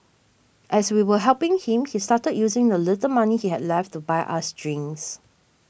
as we were helping him he started using the little money he had left to buy us drinks